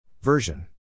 Version